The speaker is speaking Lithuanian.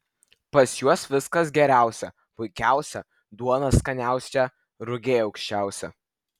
pas juos viskas geriausia puikiausia duona skaniausia rugiai aukščiausi